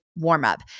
warm-up